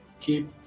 keep